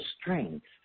strength